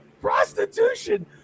Prostitution